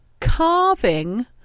carving